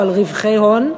או על רווחי הון,